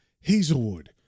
hazelwood